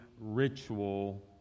ritual